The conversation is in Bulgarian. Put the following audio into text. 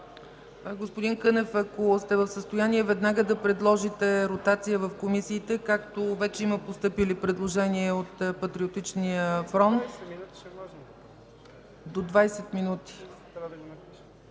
Господин Кънев, ако сте в състояние веднага да предложите ротация в комисиите, както вече има постъпили предложения от Патриотичния фронт. (Реплика